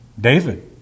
David